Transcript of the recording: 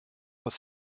was